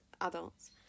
adults